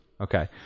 okay